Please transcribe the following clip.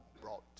brought